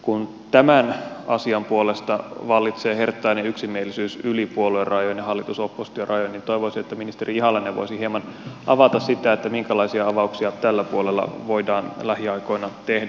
kun tämän asian puolesta vallitsee herttainen yksimielisyys yli puoluerajojen ja hallitusoppositio rajojen niin toivoisin että ministeri ihalainen voisi hieman avata sitä minkälaisia avauksia tällä puolella voidaan lähiaikoina tehdä